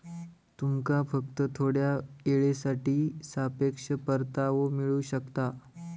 तुमका फक्त थोड्या येळेसाठी सापेक्ष परतावो मिळू शकता